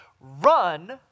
run